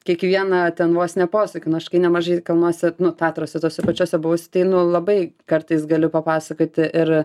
kiekvieną ten vos ne posūkį nu aš gi nemažai kalnuose tatruose tuose pačiuose buvus tai nu labai kartais galiu papasakoti ir